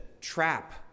trap